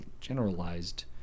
generalized